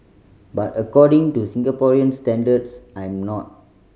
but according to Singaporean standards I'm not